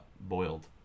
boiled